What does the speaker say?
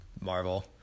Marvel